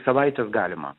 savaitės galima